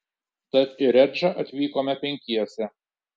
tad į redžą atvykome penkiese